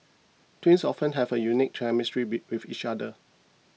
twins often have a unique chemistry be with each other